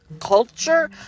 culture